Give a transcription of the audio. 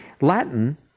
Latin